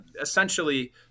essentially